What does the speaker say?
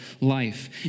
life